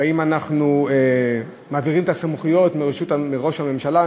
והאם אנחנו מעבירים את הסמכויות מראש הממשלה,